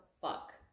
fuck